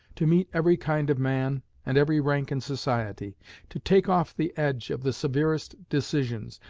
to meet every kind of man, and every rank in society to take off the edge of the severest decisions,